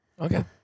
Okay